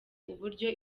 uburyo